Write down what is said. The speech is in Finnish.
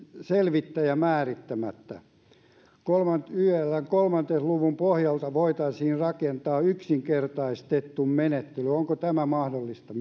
selvittäjä määrittämättä kolmannentoista luvun pohjalta voitaisiin rakentaa yksinkertaistettu menettely onko tämä mahdollista